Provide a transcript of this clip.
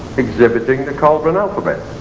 exhibiting the coelbren alphabet.